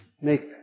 make